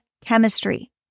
chemistry